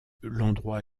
l’endroit